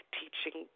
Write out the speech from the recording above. teaching